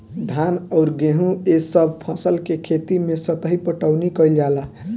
धान अउर गेंहू ए सभ फसल के खेती मे सतही पटवनी कइल जाला